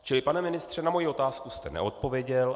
Čili pane ministře, na moji otázku jste neodpověděl.